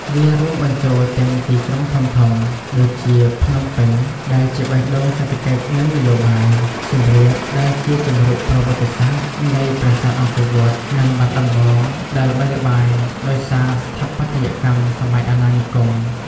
វារួមបញ្ចូលទាំង ទីក្រុងធំៗ ដូចជាភ្នំពេញ ដែលជាបេះដូងសេដ្ឋកិច្ចនិងនយោបាយ សៀមរាបដែលជាជង្រុកប្រវត្តិសាស្ត្រនៃប្រាសាទអង្គរវត្ត និងបាត់ដំបង ដែលល្បីល្បាញដោយសារស្ថាបត្យកម្មសម័យអាណានិគម។